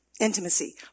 Intimacy